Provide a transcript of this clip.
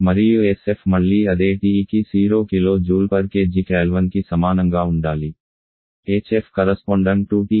మరియు sf మళ్లీ అదే TE కి 0 kJkgKకి సమానంగా ఉండాలి